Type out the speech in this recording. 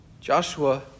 Joshua